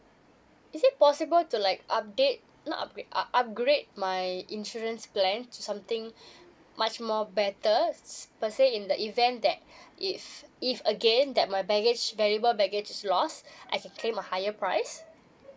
is it possible to like update not upgrade up~ upgrade my insurance plan to something much more better per se in the event that if if again that my baggage valuable baggage is lost I can claim a higher price